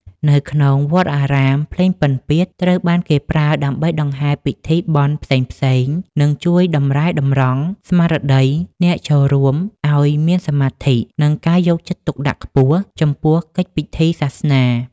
នៅក្នុងវត្តអារាម ភ្លេងពិណពាទ្យត្រូវបានគេប្រើដើម្បីដង្ហែពិធីបុណ្យផ្សេងៗ និងជួយតម្រែតម្រង់ស្មារតីអ្នកចូលរួមឱ្យមានសមាធិ និងការយកចិត្តទុកដាក់ខ្ពស់ចំពោះកិច្ចពិធីសាសនា។